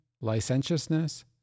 licentiousness